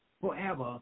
forever